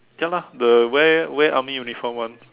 ya lah the wear wear army uniform [one]